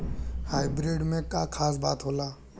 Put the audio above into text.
Hybrid में का खास बात होला?